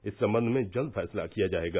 इस संबंध में जल्द फैसला किया जायेगा